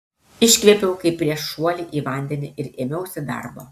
iškvėpiau kaip prieš šuolį į vandenį ir ėmiausi darbo